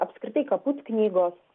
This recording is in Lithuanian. apskritai kaput knygos